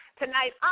tonight